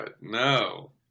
No